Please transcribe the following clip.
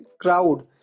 crowd